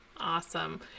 Awesome